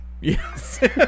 Yes